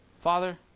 Father